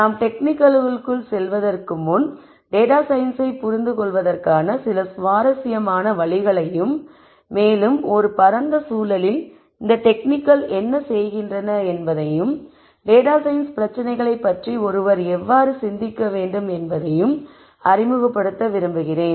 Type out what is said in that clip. நாம் டெக்னிக்ளுக்குள் செல்வதற்கு முன் டேட்டா சயின்ஸை புரிந்து கொள்வதற்கான சில சுவாரஸ்யமான வழிகளையும் மேலும் ஒரு பரந்த சூழலில் இந்த டெக்னிக்கள் என்ன செய்கின்றன என்பதையும் டேட்டா சயின்ஸ் பிரச்சனைகளைப் பற்றி ஒருவர் எவ்வாறு சிந்திக்க வேண்டும் என்பதையும் அறிமுகப்படுத்த விரும்புகிறேன்